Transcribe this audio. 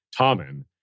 Tommen